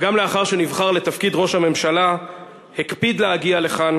וגם לאחר שנבחר לתפקיד ראש הממשלה הקפיד להגיע לכאן